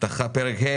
פרק ה',